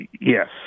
yes